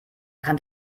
kann